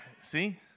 see